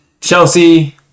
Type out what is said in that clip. Chelsea